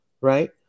right